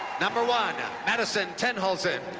number one madison tenhulzen.